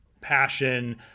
passion